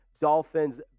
Dolphins